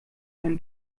ein